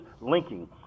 linking